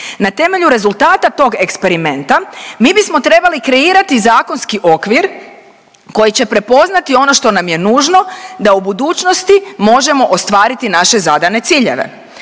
Na temelju rezultata tog eksperimenta mi bismo trebali kreirati zakonski okvir koji će prepoznati ono što nam je nužno da u budućnosti možemo ostvariti naše zadane ciljeve.